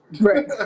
Right